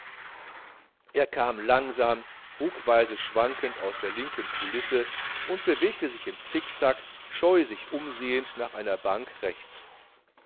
er kam langsam ruckweise schwankend aus der linken coulisse und bewegte sich im zickzack scheu sich umsehend nach einer bank rechts